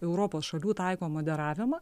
europos šalių taiko moderavimą